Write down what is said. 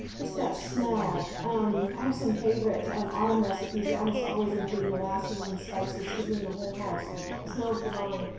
it's that smell. i have some favorite um autumn recipes that almost always include molasses and spices, because then the whole house smells divine.